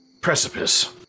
precipice